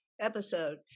episode